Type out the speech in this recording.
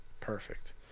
perfect